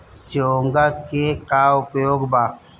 चोंगा के का उपयोग बा?